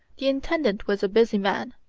the intendant was a busy man.